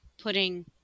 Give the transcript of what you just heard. putting